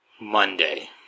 Monday